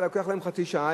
והיה לוקח להם חצי שעה,